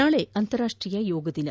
ನಾಳೆ ಅಂತಾರಾಷ್ಟೀಯ ಯೋಗ ದಿನ